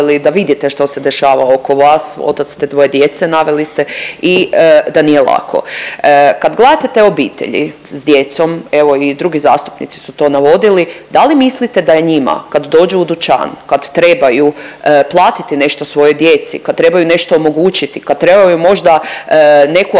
da vidite što se dešava oko vas, otac ste dvoje djece, naveli ste i da nije lako. Kad gledate te obitelji s djecom, evo i drugi zastupnici su to navodili, da li mislite da je njima kad dođu u dućan, kad trebaju platiti nešto svojoj djeci, kad trebaju nešto omogućiti, kad trebaju možda neku aktivnost